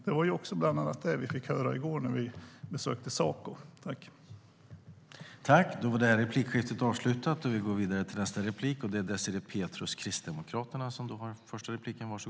Det var också bland annat det vi fick höra i går när vi besökte Saco.